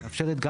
שמאפשרת גם